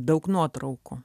daug nuotraukų